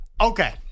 Okay